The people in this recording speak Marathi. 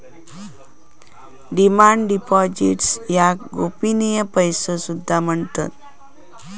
डिमांड डिपॉझिट्स याका गोपनीय पैसो सुद्धा म्हणतत